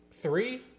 three